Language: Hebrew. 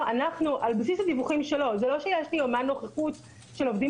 על בסיס הדיווחים שלו זה לא שיש לי יומן נוכחות של עובדים